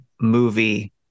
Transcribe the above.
movie